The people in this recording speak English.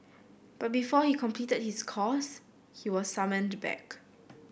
but before he completed his course he was summoned back